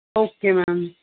okay ma'am